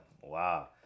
Wow